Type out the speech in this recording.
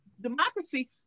democracy